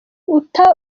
uta